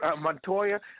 Montoya